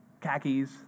khakis